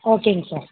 ஓகேங்க சார்